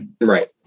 Right